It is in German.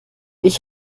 ich